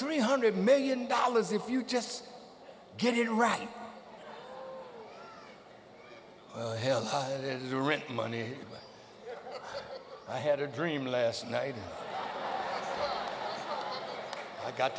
three hundred million dollars if you just get it right ahead as a rent money i had a dream last night i got